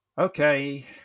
Okay